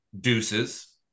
deuces